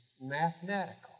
mathematical